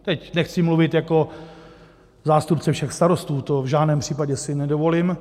Teď nechci mluvit jako zástupce všech starostů, to si v žádném případě nedovolím.